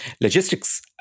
logistics